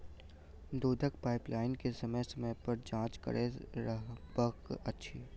दूधक पाइपलाइन के समय समय पर जाँच करैत रहबाक चाही